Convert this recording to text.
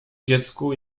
dziecku